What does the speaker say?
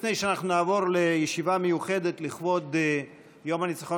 לפני שאנחנו נעבור לישיבה מיוחדת לכבוד יום הניצחון